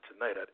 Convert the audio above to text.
tonight